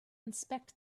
inspect